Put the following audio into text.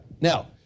Now